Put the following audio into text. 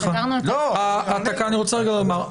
דקה אני רוצה רגע לומר.